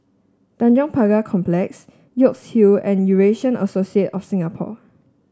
Tanjong Pagar Complex York Hill and Eurasian Associate of Singapore